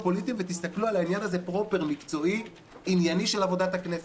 ותסתכלו על העניין הזה פרופר מקצועי ענייני של עבודת הכנסת.